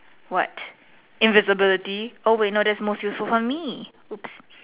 what invisibility oh wait that's most useful for me oops